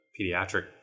pediatric